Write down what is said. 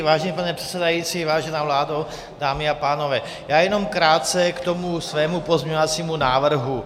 Vážený pane předsedající, vážená vládo, dámy a pánové, já jenom krátce ke svému pozměňovacímu návrhu.